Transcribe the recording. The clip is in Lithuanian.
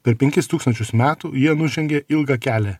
per penkis tūkstančius metų jie nužengė ilgą kelią